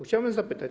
Chciałbym zapytać.